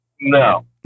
no